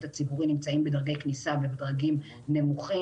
הציבורי נמצאים בדרגי כניסה ובדרגים נמוכים.